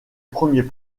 premier